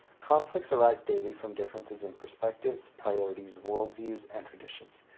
conflicts arise daily from differences in perspectives, priorities, worldviews, and traditions.